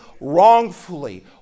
wrongfully